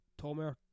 Tomer